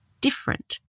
different